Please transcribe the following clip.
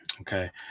Okay